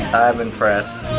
i'm impressed.